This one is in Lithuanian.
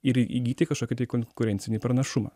ir įgyti kažkokį konkurencinį pranašumą